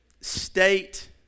state